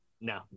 No